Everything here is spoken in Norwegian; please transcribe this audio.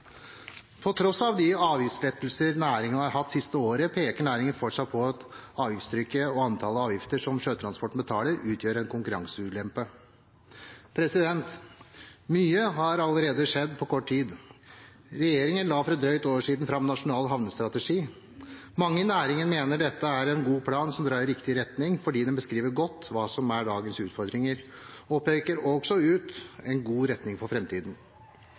På tross av de avgiftslettelser næringen har hatt siste året, peker næringen fortsatt på at avgiftstrykket og antallet avgifter som sjøtransporten betaler, utgjør en konkurranseulempe. Mye har allerede skjedd på kort tid. Regjeringen la for et drøyt år siden fram Nasjonal havnestrategi. Mange i næringen mener dette er en god plan som drar i riktig retning fordi den beskriver godt hva som er dagens utfordringer, og peker også ut en god retning for